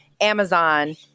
Amazon